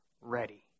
ready